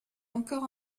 encore